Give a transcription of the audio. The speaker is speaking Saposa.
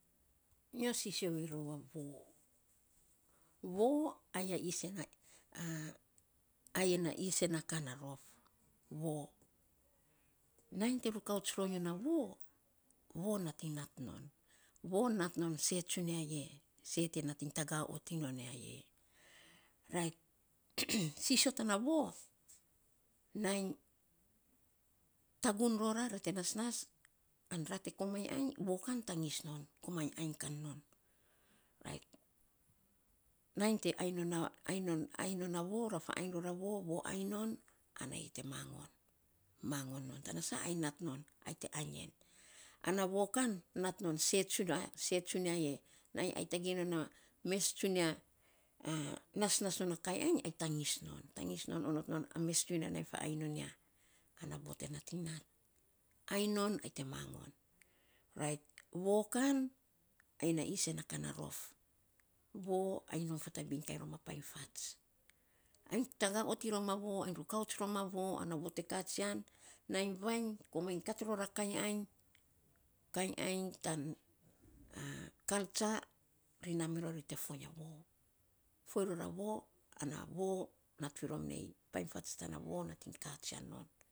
Nyo sisio mi rou a voo, voo ai a isen a ka na rof. Nainy te rukouts ro nyo na voo, voo nating nat non. Voo nat non sei tsunia e sei te nating taga ot iny non ya e rait sisio tana voo nainy tagun rora ra te nasnas, an ra te komainy ainy, voo kan tangis non, komainy ainy kan non rait nainy te ainy non a voo, ra faainy ror a voo, voo ainy non, ana yei te mongon. Mongon non tana sa, ai nat non, ai te ainy en. Ana voo kan nat sei tsunia e, nai ai tagei non a mes tsunia nasnas non a kainy ainy, ai tangis non. Tangis non, onot non a mes tsunia nainy faainy non ya, ana voo te nating nat. Ainy non ai te mongon. Rait, voo kan ai a isen na ka na rof. Voo, ainy nom fatabin kainy rom a painy fats. Ainy taga ot iny rom a voo, ainy rukouts rom a voo ana voo te voo te katsina nainy vainy komainy kat ror a kainy ainy. Kainy ainy tan culture, ri na mirror ri te foiny a voo. Foiny ror a voo, ana voo, nat f rom nei, painy fats tana voo nating katsina non.